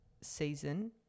season